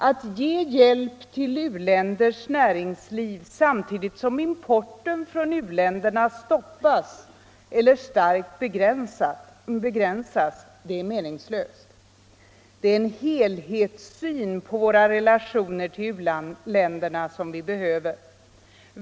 Att ge hjälp till u-länders näringsliv samtidigt som importen från u-länderna stoppas eller starkt begränsas är meningslöst. Det är en helhetssyn på våra relationer till u-länderna vi behöver.